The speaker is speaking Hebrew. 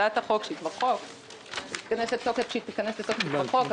הצעת החוק שהיא כבר חוק,